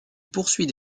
poursuit